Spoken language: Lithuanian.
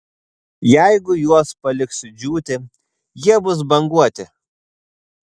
jeigu juos paliksiu džiūti jie bus banguoti